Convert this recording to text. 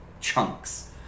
chunks